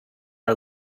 our